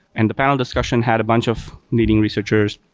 and the panel discussion had a bunch of leading researchers.